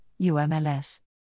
UMLS